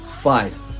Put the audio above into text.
Five